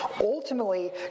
Ultimately